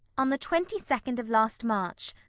on the twenty second of last march.